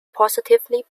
positively